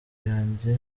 yanjye